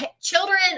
Children